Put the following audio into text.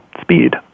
speed